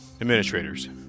administrators